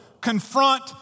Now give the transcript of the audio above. Confront